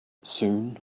soon